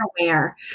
aware